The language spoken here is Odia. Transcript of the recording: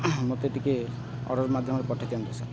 ମୋତେ ଟିକେ ଅର୍ଡ଼ର ମାଧ୍ୟମରେ ପଠେଇ ଦିଅନ୍ତୁ ସାର୍